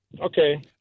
Okay